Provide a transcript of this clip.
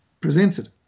presented